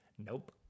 nope